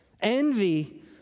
Envy